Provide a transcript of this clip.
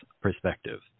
perspective